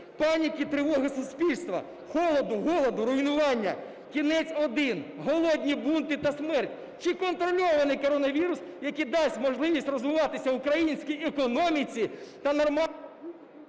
паніку, тривогу суспільства, холоду, голоду, руйнування? Кінець один – голодні бунти та смерть. Чи контрольований коронавірус, який дасть можливість розвиватися українській економіці та… ГОЛОВУЮЧИЙ.